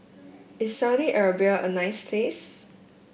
is Saudi Arabia a nice place